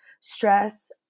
stress